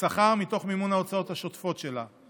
לשכר מתוך מימון ההוצאות השוטפות שלה.